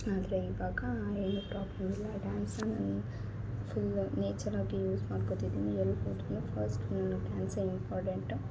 ಆದರೆ ಇವಾಗ ಏನು ಪ್ರಾಬ್ಲಮ್ ಇಲ್ಲ ಡ್ಯಾನ್ಸ್ ಅನ್ ಫುಲ್ ನೇಚರ್ ಆಗಿ ಯೂಸ್ ಮಾಡ್ಕೋತಿದ್ದೀನಿ ಎಲ್ಲಿ ಹೋದ್ರ ಫಸ್ಟ್ ನಾನು ಡ್ಯಾನ್ಸೆ ಇಂಪಾರ್ಟೆಂಟ್